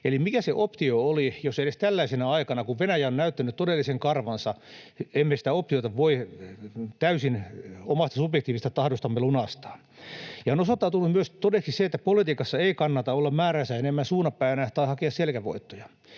Eli mikä se optio oli, jos edes tällaisena aikana, kun Venäjä on näyttänyt todellisen karvansa, emme sitä optiota voi täysin omasta subjektiivisesta tahdostamme lunastaa? Ja on myös osoittautunut todeksi se, että politiikassa ei kannata olla määräänsä enemmän suuna päänä tai hakea selkävoittoja.